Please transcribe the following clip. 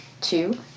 two